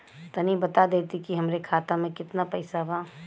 तनि बता देती की हमरे खाता में कितना पैसा बा?